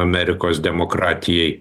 amerikos demokratijai